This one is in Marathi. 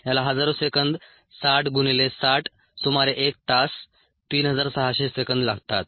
याला हजारो सेकंद 60 गुणिले 60 सुमारे एक तास 3600 सेकंद लागतात